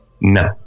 No